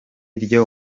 ryo